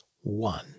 One